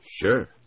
sure